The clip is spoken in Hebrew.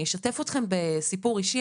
אני אשתף אתכם בסיפור אישי,